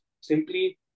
simply